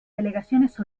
delegaciones